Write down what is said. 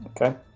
Okay